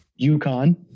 UConn